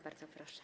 Bardzo proszę.